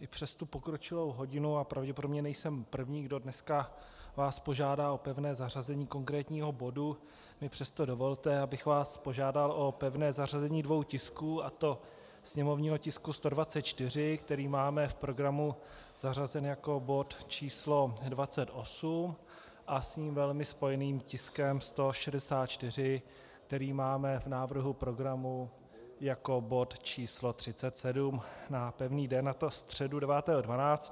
i přes pokročilou hodinu, a pravděpodobně nejsem první, kdo dneska vás požádá o pevné zařazení konkrétního bodu, mi dovolte, abych vás požádal o pevné zařazení dvou tisků, a to sněmovního tisku 124, který máme v programu zařazen jako bod číslo 28, a s ním velmi spojeným tiskem 164, který máme v návrhu programu jako bod číslo 37, na pevný den, a to středu 9. 12.